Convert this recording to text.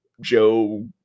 Joe